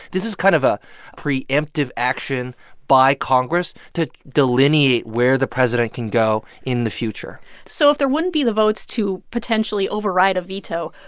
this is kind of a preemptive action by congress to delineate where the president can go in the future so if there wouldn't be the votes to potentially override a veto,